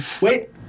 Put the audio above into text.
Wait